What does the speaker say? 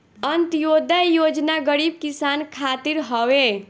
अन्त्योदय योजना गरीब किसान खातिर हवे